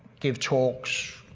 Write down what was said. give talks,